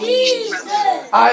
Jesus